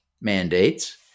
mandates